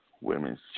women's